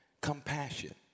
compassion